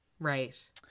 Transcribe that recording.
Right